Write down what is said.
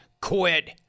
quit